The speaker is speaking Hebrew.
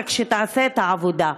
רק שתעשה את העבודה.